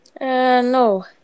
No